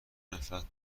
نفرت